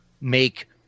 make